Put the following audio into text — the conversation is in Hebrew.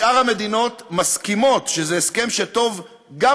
שאר המדינות מסכימות שזה הסכם שטוב גם